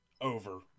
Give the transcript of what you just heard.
over